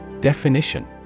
Definition